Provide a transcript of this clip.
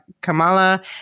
Kamala